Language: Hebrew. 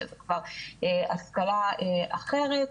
שזה כבר השכלה אחרת,